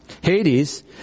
Hades